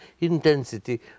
intensity